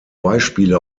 beispiele